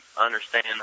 understand